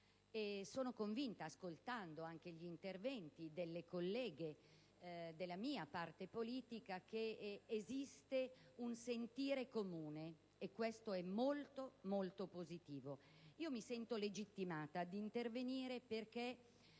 Sono convinta, dopo aver ascoltato anche gli interventi delle colleghe della mia parte politica, che esiste un sentire comune su questo argomento, e ciò è molto positivo. Mi sento legittimata ad intervenire perché,